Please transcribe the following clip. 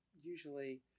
Usually